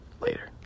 Later